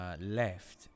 left